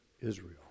Israel